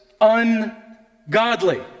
ungodly